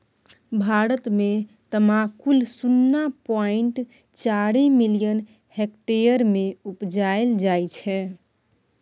भारत मे तमाकुल शुन्ना पॉइंट चारि मिलियन हेक्टेयर मे उपजाएल जाइ छै